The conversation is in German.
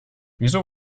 wieso